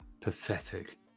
Pathetic